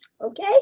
okay